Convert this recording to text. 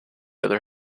other